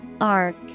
Arc